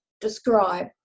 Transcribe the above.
describe